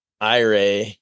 IRA